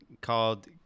called